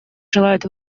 желают